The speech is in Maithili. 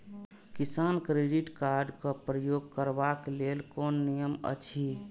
किसान क्रेडिट कार्ड क प्रयोग करबाक लेल कोन नियम अछि?